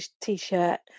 t-shirt